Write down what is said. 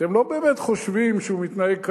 אתם לא באמת חושבים שהוא מתנהג כיאות.